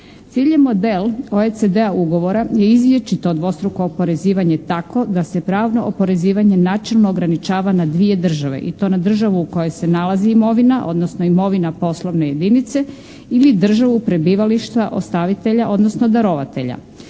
Cilj je model OECD ugovora je izbjeći to dvostruko oporezivanje tako da se pravno oporezivanje načelno ograničava na dvije države i to na državu u kojoj se nalazi imovina, odnosno imovina poslovne jedinice ili državu prebivališta ostavitelja odnosno darovatelja.